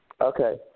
Okay